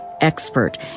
expert